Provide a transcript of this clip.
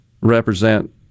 represent